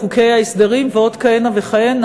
בחוקי ההסדרים ועוד כהנה וכהנה,